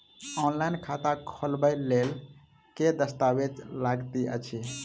Online खाता खोलबय लेल केँ दस्तावेज लागति अछि?